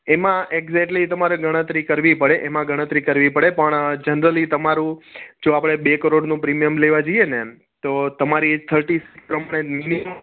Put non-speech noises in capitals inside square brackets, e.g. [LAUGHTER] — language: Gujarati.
એમાં એક્ઝેક્ટલી તમારે ગણતરી કરવી પડે એમાં ગણતરી કરવી પડે પણ જનરલી તમારું જો આપણે બે કરોડનું પ્રીમિયમ લેવા જઈએ ને તો તમારી થર્ટી [UNINTELLIGIBLE] મિનિમમ